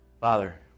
Father